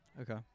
Okay